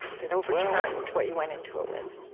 that overturned what you went into it with?